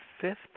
fifth